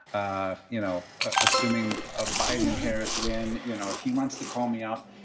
ah you know, assuming ah biden and harris win, you know, if he wants to call me up,